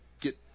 get